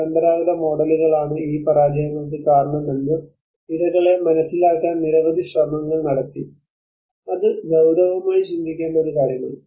പരമ്പരാഗത മോഡലുകളാണ് ഈ പരാജയങ്ങൾക്ക് കാരണമെന്ന് ഇരകളെ മനസ്സിലാക്കാൻ നിരവധി ശ്രമങ്ങൾ നടത്തി അത് ഗൌരവമായി ചിന്തിക്കേണ്ട ഒരു കാര്യമാണ്